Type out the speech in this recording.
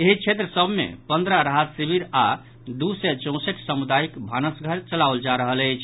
एहि क्षेत्र सभ मे पंद्रह राहत शिविर आओर दू सय चौंसठि सामुदायिक भानसघर चलाओल जा रहल अछि